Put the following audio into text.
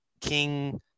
King